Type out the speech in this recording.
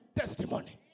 testimony